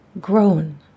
grown